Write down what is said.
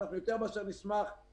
אנחנו יותר מאשר נשמח לארח.